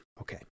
Okay